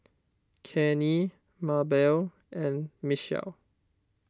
Kenny Mabelle and Michell